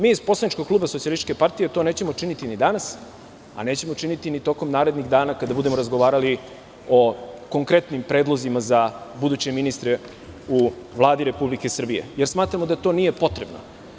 Mi iz poslaničkog kluba SPS to nećemo učiniti ni danas, a ni tokom narednih dana kada budemo razgovarali o konkretnim predlozima za buduće ministre u Vladi Republike Srbije, jer smatramo da to nije potrebno.